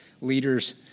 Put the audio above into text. leaders